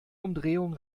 umdrehung